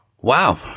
Wow